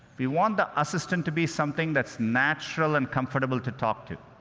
we want the assistant to be something that's natural and comfortable to talk to.